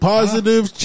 Positive